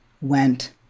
went